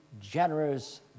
generous